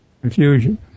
confusion